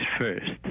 first